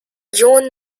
john